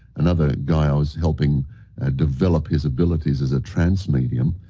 another guy i was helping ah develop his abilities as a trance-medium.